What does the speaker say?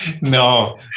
No